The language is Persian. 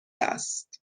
است